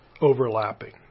overlapping